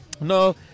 No